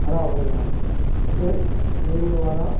खराब हो गया है उसे मेरे द्वारा